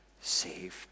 saved